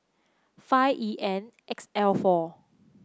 five E N X L four